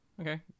Okay